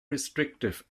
restrictive